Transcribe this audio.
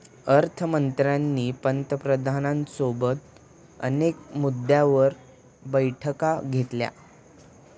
अर्थ मंत्र्यांनी पंतप्रधानांसोबत अनेक मुद्द्यांवर बैठका घेतल्या